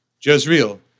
Jezreel